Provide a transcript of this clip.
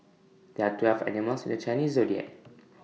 there are twelve animals in the Chinese Zodiac